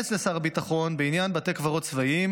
לייעץ לשר הביטחון בעניין בתי קברות צבאיים